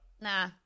Nah